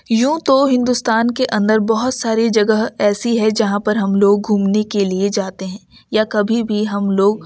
یوں تو ہندوستان کے اندر بہت ساری جگہ ایسی ہے جہاں پر ہم لوگ گھومنے کے لیے جاتے ہیں یا کبھی بھی ہم لوگ